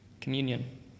communion